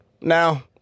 now